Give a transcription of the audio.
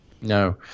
No